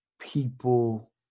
people